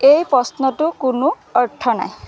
এই প্ৰশ্নটোৰ কোনো অৰ্থ নাই